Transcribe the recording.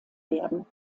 werden